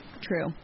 True